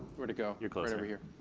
where'd it go? you're closer. here.